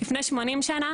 לפני 80 שנה